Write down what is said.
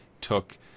took